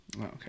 Okay